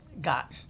got